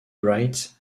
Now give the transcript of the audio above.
wright